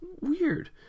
weird